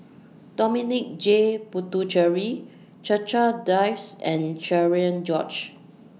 Dominic J Puthucheary Checha Davies and Cherian George